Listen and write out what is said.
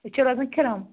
أسۍ چھِ روزان کھِرم